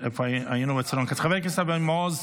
אבי מעוז,